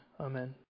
Amen